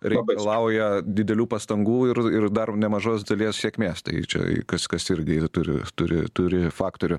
reikalauja didelių pastangų ir ir dar nemažos dalies sėkmės tai čia kas kas irgi turi turi turi faktorių